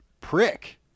prick